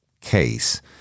case